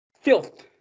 filth